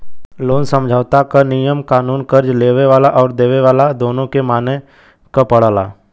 loan समझौता क नियम कानून कर्ज़ लेवे वाला आउर देवे वाला दोनों के माने क पड़ला